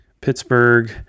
Pittsburgh